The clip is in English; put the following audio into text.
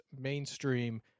mainstream